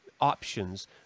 options